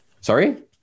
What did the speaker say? Sorry